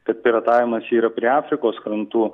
kad piratavimas yra prie afrikos krantų